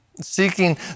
seeking